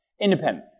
Independent